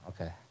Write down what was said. okay